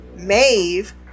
Maeve